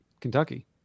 Kentucky